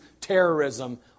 terrorism